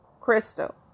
crystal